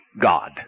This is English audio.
God